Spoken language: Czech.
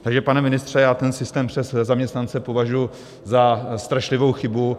Takže, pane ministře, já ten systém přes zaměstnance považuji za strašlivou chybu.